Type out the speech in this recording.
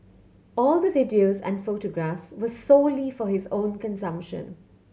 all the videos and photographs were solely for his own consumption